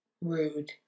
Rude